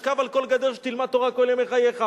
אני אשכב על כל גדר שתלמד תורה כל ימי חייך.